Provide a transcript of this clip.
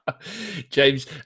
James